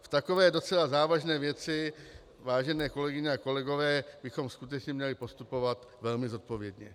V takové docela závažné věci, vážené kolegyně a kolegové, bychom skutečně měli postupovat velmi zodpovědně.